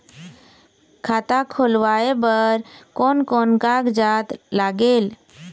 खाता खुलवाय बर कोन कोन कागजात लागेल?